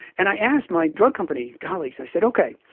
and i ask my drug company colleagues, i said, okay,